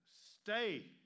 stay